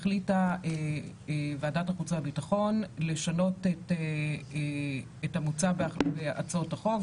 החליטה ועדת החוץ והביטחון לשנות את המוצע בהצעות החוק,